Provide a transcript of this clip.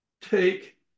take